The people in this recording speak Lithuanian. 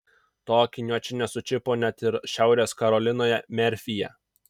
to akiniuočio nesučiupo net ir šiaurės karolinoje merfyje